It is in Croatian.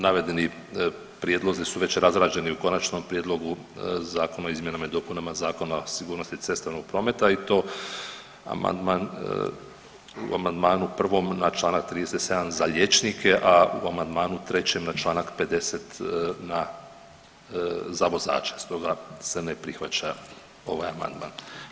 Navedeni prijedlozi su već razrađeni u konačnom prijedlogu Zakona o izmjenama i dopunama Zakona o sigurnosti cestovnog prometa i to amandman, u amandmanu 1. na Članak 37. za liječnike, a u amandmanu 3. na Članak 50. na, za vozače stoga se ne prihvaća ovaj amandman.